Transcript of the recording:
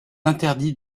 interdit